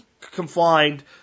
confined